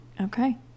okay